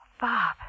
Bob